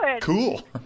cool